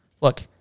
Look